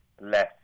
less